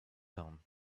town